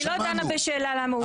אני לא דנה בשאלה למה זה הופסק.